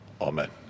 Amen